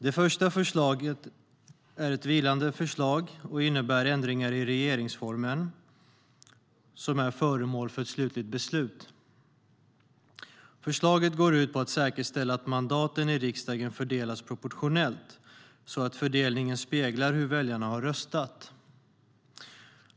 Det första förslaget är ett vilande förslag. Det innebär ändringar i regeringsformen som är föremål för ett slutligt beslut. Förslaget går ut på att säkerställa att mandaten i riksdagen fördelas proportionellt så att fördelningen speglar hur väljarna har röstat.